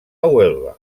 huelva